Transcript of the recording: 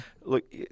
look